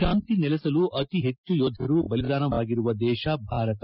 ಶಾಂತಿ ನೆಲೆಸಲು ಅತಿ ಹೆಚ್ಚು ಯೋಧರು ಬಲಿದಾನವಾಗಿರುವ ದೇಶ ಭಾರತ